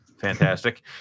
fantastic